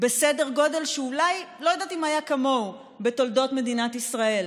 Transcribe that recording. בסדר גודל שאני לא יודעת אם היה כמוהו בתולדות מדינת ישראל,